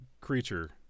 creature